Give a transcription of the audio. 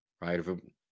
right